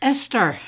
Esther